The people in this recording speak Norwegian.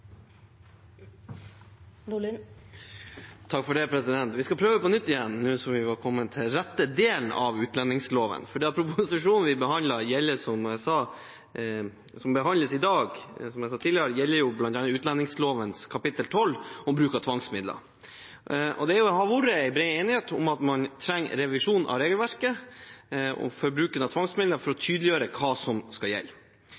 kommet til den rette delen av utlendingsloven. For den proposisjonen som behandles i dag, gjelder, som jeg sa tidligere, bl.a. utlendingsloven kapittel 12 om bruk av tvangsmidler, og det har vært bred enighet om at man trenger revisjon av regelverket for bruken av tvangsmidler for å tydeliggjøre hva som skal gjelde.